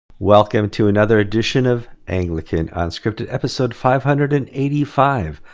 welcome to another edition of anglican unscripted, episode five hundred and eighty five.